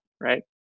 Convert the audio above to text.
right